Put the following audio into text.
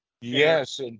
Yes